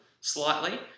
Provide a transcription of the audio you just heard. slightly